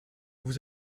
vous